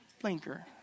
blinker